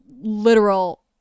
literal